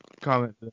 comment